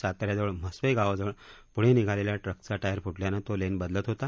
साता याजवळ म्हस्वे गावाजवळ पुढे निघालेल्या ट्रकचा टायर फुटल्यानं तो लेन बदलत होता